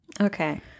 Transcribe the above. Okay